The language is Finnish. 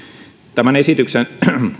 tämän esityksen